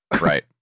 Right